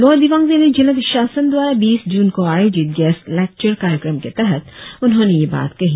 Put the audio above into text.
lower Dibang valley जिला प्रशासन द्वारा बीस जून को आयोजित गेस्ट लेक्चर कार्यक्रम के तहत उन्होंने यह बात कही